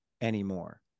anymore